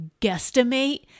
guesstimate